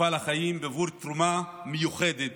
מפעל חיים עבור תרומה מיוחדת